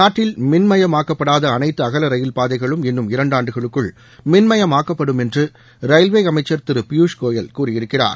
நாட்டில் மின்மயமாக்கப்படாத அனைத்து அகல ரயில் பாதைகளும் இன்னும் இரண்டாண்டுகளுக்குள் மின்மயமாக்கப்படும் என்று ரயில்வே அமைச்சர் திரு பியூஷ் கோயல் கூறியிருக்கிறார்